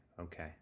Okay